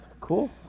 cool